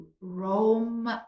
Rome